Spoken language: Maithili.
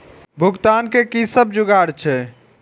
भुगतान के कि सब जुगार छे?